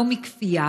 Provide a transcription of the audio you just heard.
לא מכפייה,